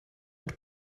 und